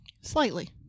Slightly